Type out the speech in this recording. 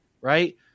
right